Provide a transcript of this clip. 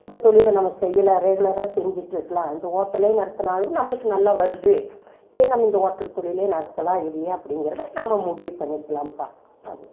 இந்த தொழிலை நம்ம செய்யலாம் ரெகுலரா செஞ்சுட்டு இருக்கலாம் இந்த ஹோட்டலே நடத்துனாலும் நம்மளுக்கு நல்லா வருது சரி நம்ம இந்த ஹோட்டல் தொழிலே நடத்தலாம் இதையே அப்படிங்கிறத நம்ம முடிவு பண்ணிக்கலாம்ப்பா அது